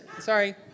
sorry